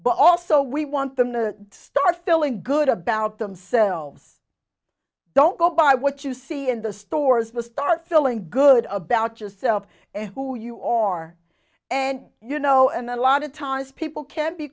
but also we want them to start feeling good about themselves don't go by what you see in the stores to start feeling good about yourself and who you are and you know and a lot of times people can be